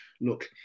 look